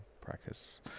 practice